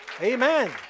Amen